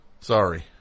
sorry